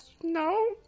no